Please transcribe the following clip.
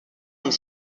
nos